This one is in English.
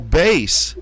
base